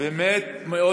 זה מה שהנשמה שלהם רוצה,